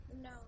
No